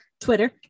twitter